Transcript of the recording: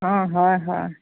অঁ হয় হয়